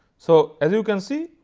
so, as you can see,